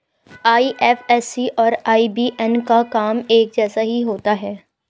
IFSC और IBAN का काम एक जैसा ही होता है